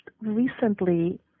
recently